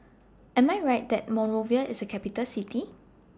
Am I Right that Monrovia IS A Capital City